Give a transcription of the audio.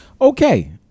Okay